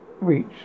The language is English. reach